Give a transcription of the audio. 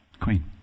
queen